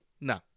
No